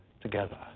together